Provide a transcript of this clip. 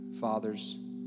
father's